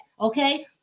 okay